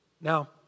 Now